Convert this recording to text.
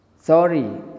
Sorry